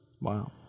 Wow